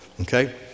okay